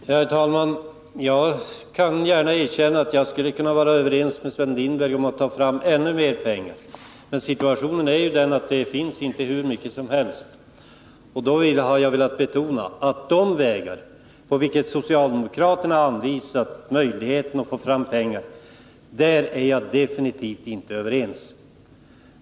Herr talman! Jag kan gärna erkänna att jag skulle kunna vara överens med Sven Lindberg om att ta fram ännu mer pengar. Men situationen är ju den att det inte finns hur mycket pengar som helst. Då har jag velat betona att när det gäller de vägar på vilka det enligt socialdemokraterna finns möjlighet att få fram pengar, är jag definitivt inte överens med dem.